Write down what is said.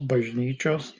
bažnyčios